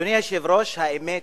אדוני היושב-ראש, האמת